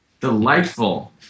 Delightful